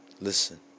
listen